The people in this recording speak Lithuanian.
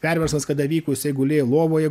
perversmas kada vyko jisai gulėjo lovoje